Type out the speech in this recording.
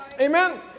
Amen